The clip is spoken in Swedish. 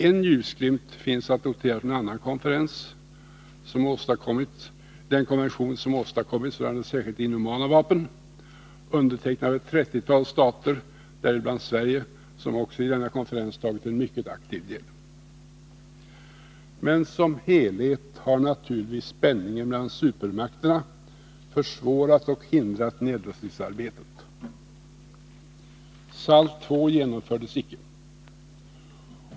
En ljusglimt finns att notera från en annan konferens — den konvention som har åstadkommits rörande särskilt inhumana vapen, undertecknad av ett trettiotal stater, däribland Sverige som har tagit mycket aktiv del i också denna konferens. Som helhet har naturligtvis spänningen mellan supermakterna försvårat och hindrat nedrustningsarbetet. SALT II genomfördes icke.